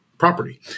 Property